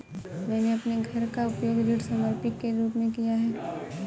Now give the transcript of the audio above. मैंने अपने घर का उपयोग ऋण संपार्श्विक के रूप में किया है